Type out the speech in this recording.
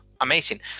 amazing